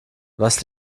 was